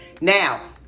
Now